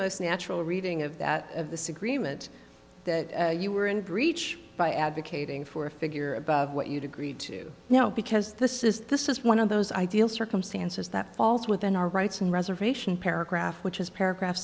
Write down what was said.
most natural reading of that of the supreme and that you were in breach by advocating for a figure above what you'd agreed to now because this is this is one of those ideal circumstances that falls within our rights and reservation paragraph which is paragraph